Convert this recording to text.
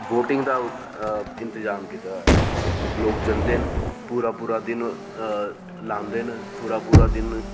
boating दा इंतजाम कीते दा ऐ लोक जंदे न पूरा पूरा दिन लांदे न पूरा पूरा दिन